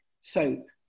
soap